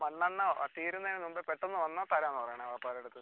മണ്ണെണ്ണ തീരുന്നതിന് മുമ്പെ പെട്ടെന്ന് വന്നാൽ തരാമെന്ന് പറയണെ വാപ്പയുടെ അടുത്ത്